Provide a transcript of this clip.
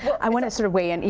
i want to sort of weigh and in.